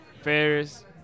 Ferris